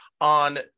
On